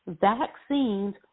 vaccines